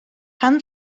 pan